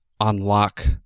unlock